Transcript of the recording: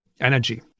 energy